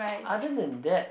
other than that